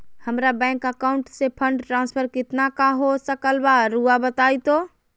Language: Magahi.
हमरा बैंक अकाउंट से फंड ट्रांसफर कितना का हो सकल बा रुआ बताई तो?